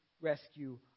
rescue